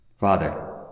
Father